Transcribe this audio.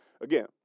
Again